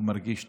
הוא מרגיש טוב,